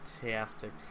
Fantastic